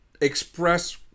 express